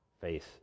face